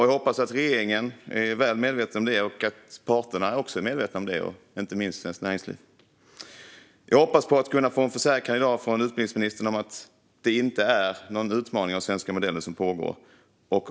Jag hoppas att regeringen är väl medveten om det och att parterna, inte minst Svenskt Näringsliv, också är medvetna om det. Jag hoppas få en försäkran från utbildningsministern i dag om att det inte är någon utmaning av den svenska modellen som pågår.